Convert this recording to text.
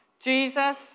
Jesus